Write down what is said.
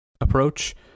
approach